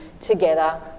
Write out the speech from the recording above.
together